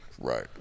Right